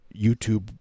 YouTube